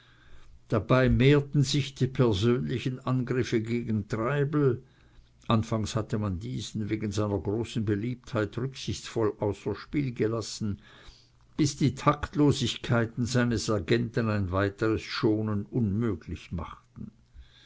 dabei mehrten sich die persönlichen angriffe gegen treibel anfangs hatte man diesen wegen seiner großen beliebtheit rücksichtsvoll außer spiel gelassen bis die taktlosigkeiten seines agenten ein weiteres schonen unmöglich machten